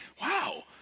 wow